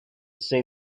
say